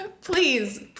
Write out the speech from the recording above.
please